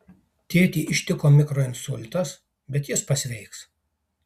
tėtį ištiko mikroinsultas bet jis pasveiks